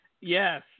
Yes